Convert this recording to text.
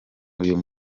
uyu